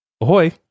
Ahoy